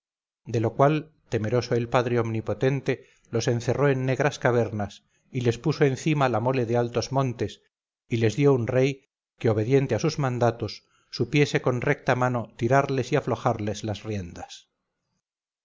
de lo cual temeroso el padre omnipotente los encerró en negras cavernas y les puso encima la mole de altos montes y les dio un rey que obediente a sus mandatos supiese con recta mano tirarles y aflojarles las riendas